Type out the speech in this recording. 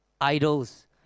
idols